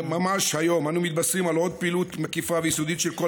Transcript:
ממש היום אנו מתבשרים על עוד פעילות מקיפה ויסודית של כל